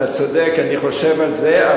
אתה צודק, אני חושב על זה.